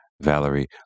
Valerie